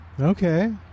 Okay